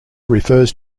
refers